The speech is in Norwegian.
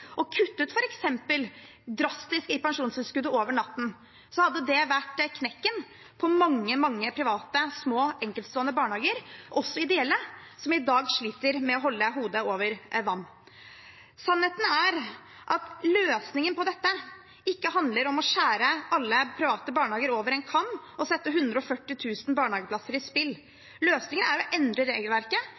og kuttet f.eks. drastisk i pensjonstilskuddet over natten, hadde det tatt knekken på mange private, små, enkeltstående barnehager – også ideelle – som i dag sliter med å holde hodet over vannet. Sannheten er at løsningen på dette ikke handler om å skjære alle private barnehager over en kam og sette 140 000 barnehageplasser i spill. Løsningen er å endre regelverket